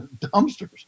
dumpsters